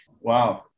Wow